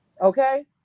Okay